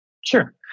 Sure